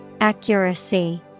Accuracy